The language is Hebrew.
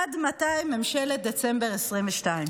עד מתי ממשלת דצמבר 2022?